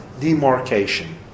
demarcation